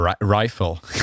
rifle